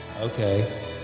Okay